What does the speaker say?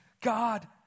God